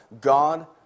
God